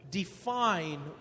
define